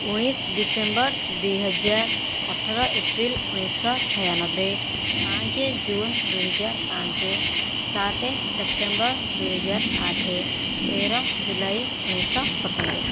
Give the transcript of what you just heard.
ଉଣେଇଶ ଡିସେମ୍ବର ଦୁଇ ହଜାର ଅଠର ଏପ୍ରିଲ ଉଣେଇଶହ ଛୟାନବେ ପାଞ୍ଚ ଜୁନ ଦୁଇ ହଜାର ପାଞ୍ଚ ସାତ ସେପ୍ଟେମ୍ବର ଦୁଇହଜାର ଆଠ ତେର ଜୁଲାଇ ଉଣେଇଶହ ସତାନବେ